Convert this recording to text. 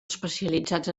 especialitzats